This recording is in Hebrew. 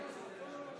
בהצבעה